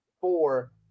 four